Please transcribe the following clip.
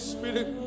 Spirit